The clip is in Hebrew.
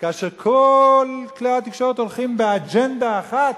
כאשר כל כלי התקשורת הולכים באג'נדה אחת,